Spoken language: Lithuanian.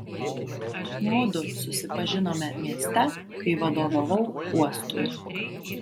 mudu susipažinome mieste kai vadovavau uostui